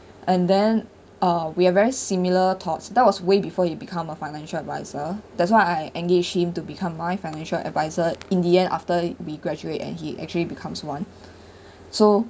and then uh we are very similar thoughts that was way before he become a financial advisor that's why I engaged him to become my financial advisor in the end after we graduate and he actually becomes one so